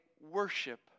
worship